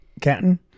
Canton